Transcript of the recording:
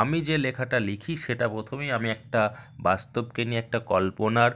আমি যে লেখাটা লিখি সেটা প্রথমেই আমি একটা বাস্তবকে নিয়ে একটা কল্পনার